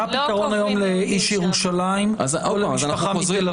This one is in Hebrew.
מה הפתרון היום לאיש מירושלים או למשפחה מתל אביב?